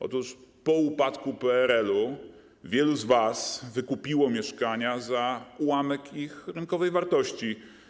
Otóż po upadku PRL-u wielu z was wykupiło mieszkania za ułamek ich rynkowej wartości.